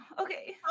Okay